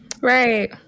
right